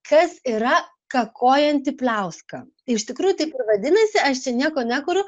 kas yra kakojanti pliauska iš tikrųjų taip ir vadinasi aš čia nieko nekuriu